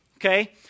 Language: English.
Okay